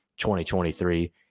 2023